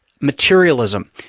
materialism